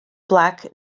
black